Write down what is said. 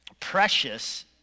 precious